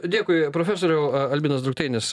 dėkui profesoriau albinas drukteinis